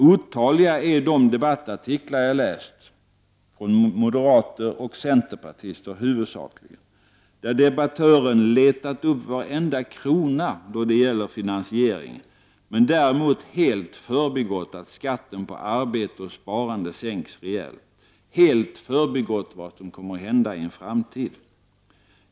Otaliga är de debattartiklar jag läst, huvudsakligen skrivna av moderater och centerpartister, där debattören letat upp varenda krona då det gäller finansieringen, men däremot helt förbigått att skatten på arbete och sparande sänks rejält och helt förbigått vad som kommer att hända i framtiden.